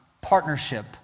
partnership